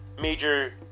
major